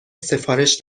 سفارش